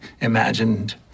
imagined